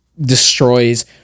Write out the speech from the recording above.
destroys